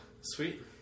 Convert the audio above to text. Sweet